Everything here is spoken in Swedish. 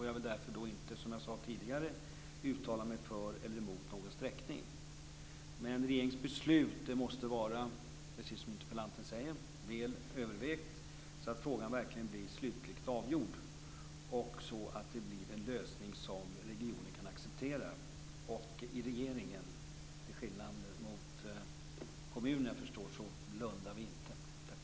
Jag vill därför inte, som jag sade tidigare, uttala mig för eller emot någon vägsträckning. Men regeringens beslut måste, precis som interpellanten säger, vara väl övervägt, så att frågan verkligen blir slutligt avgjord och så att det blir en lösning som regionen kan acceptera. Och i regeringen blundar vi inte, som man, vad jag förstår, gör i kommunen. Tack!